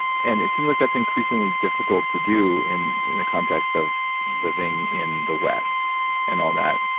and it seems like that's increasingly difficult to do in in the context of living in the west and all that.